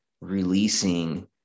releasing